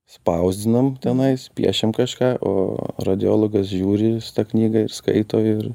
spausdinam tenais piešiam kažką o radiologas žiūri ir jis tą knygą skaito ir